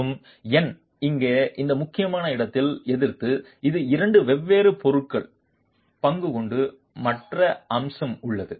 மற்றும் n இங்கே இந்த முக்கியமான இடத்தில் எதிர்த்து இது இரண்டு வெவ்வேறு பொருட்கள் பங்கு கொண்டு மற்ற அம்சம் உள்ளது